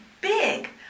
big